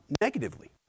negatively